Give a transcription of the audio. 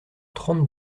trente